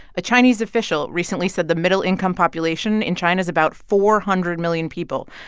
a chinese official recently said the middle-income population in china is about four hundred million people.